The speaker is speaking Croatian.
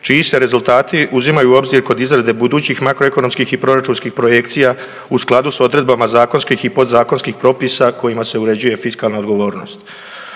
čiji se rezultati uzimaju u obzir kod izrade budućih makroekonomskih i proračunskih projekcija u skladu s odredbama zakonskih i podzakonskih propisa kojima se uređuje fiskalna odgovornost.